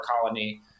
Colony